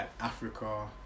Africa